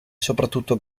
soprattutto